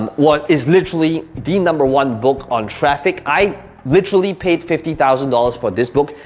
um what is literally the number one book on traffic. i literally paid fifty thousand dollars for this book.